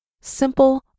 simple